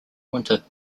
winter